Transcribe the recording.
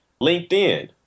LinkedIn